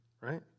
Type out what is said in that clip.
right